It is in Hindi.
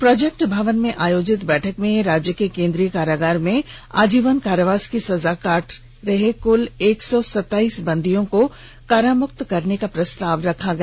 प्रोर्जेक्ट भवन में आयोजित बैठक में राज्य के केंद्रीय कारागार में आजीवन कारावास की सजा काट कुल एक सौ सताईस बंदियों को कारामुक्त करने का प्रस्ताव रखा गया